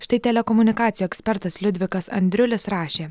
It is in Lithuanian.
štai telekomunikacijų ekspertas liudvikas andriulis rašė